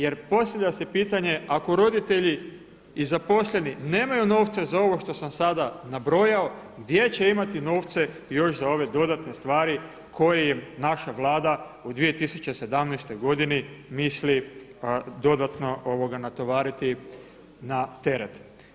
Jer postavlja se pitanje ako roditelji i zaposleni nemaju novca za ovo što sam sada nabrojao gdje će imati novce još za ove dodatne stvari koje naša Vlada u 2017. godini misli dodatno natovariti na teret.